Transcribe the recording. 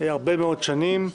הרבה מאוד שנים.